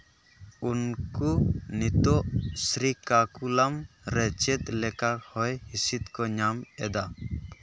ᱩᱱᱠᱩ ᱱᱤᱛᱚᱫ ᱥᱨᱤᱠᱟ ᱠᱩᱞᱟᱢ ᱨᱮ ᱪᱮᱫ ᱞᱮᱠᱟ ᱦᱚᱭ ᱦᱤᱸᱥᱤᱫ ᱠᱚ ᱧᱟᱢ ᱮᱫᱟ